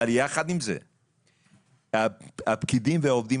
אבל יחד עם זה הפקידים והעובדים